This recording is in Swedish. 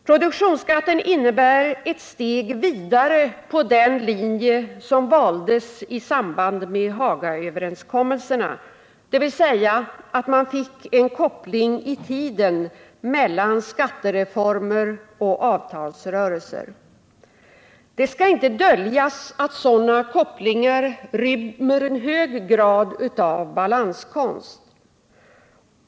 Produktionsskatten innebär ett steg vidare på den linje som valdes i samband med Hagaöverenskommelserna, dvs. att man fick en koppling i tiden mellan skattereformer och avtalsrörelser. Det skall inte döljas att sådana kopplingar rymmer en hög grad av balanskonst.